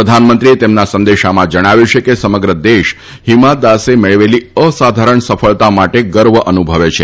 પ્રધાનમંત્રીએ તેમના સંદેશામાં જણાવ્યું છે કે સમગ્ર દેશ હિમા દાસે મેળવેલી અસાધારણ સફળતા માટે ગર્વ અનુભવે છે